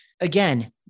again